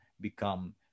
become